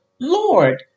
Lord